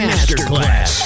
Masterclass